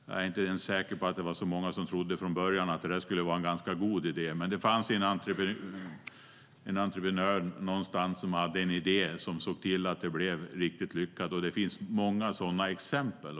Jag är inte ens säker på att det var så många som från början trodde att det där skulle vara en god idé. Men det fanns en entreprenör någonstans som hade en idé och som såg till att det blev riktigt lyckat. Det finns många sådana exempel.